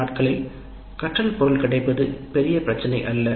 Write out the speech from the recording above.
இந்த நாட்களில் கற்றல் பொருள் கிடைப்பது பெரிய பிரச்சினை அல்ல